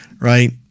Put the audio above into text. right